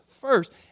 first